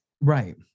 right